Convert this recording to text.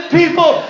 people